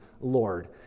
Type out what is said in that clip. Lord